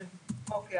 אוקיי,